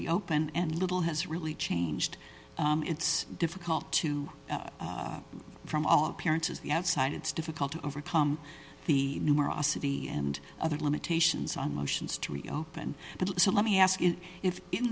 reopen and little has really changed it's difficult to from all appearances the outside it's difficult to overcome the numerosity and other limitations on motions to reopen but so let me ask you if in